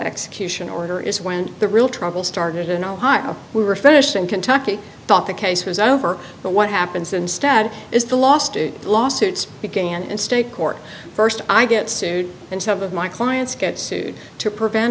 execution order is when the real trouble started in ohio we were finished and kentucky thought the case was over but what happens instead is the last lawsuits began in state court first i get sued and some of my clients get sued to prevent